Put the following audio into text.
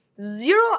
zero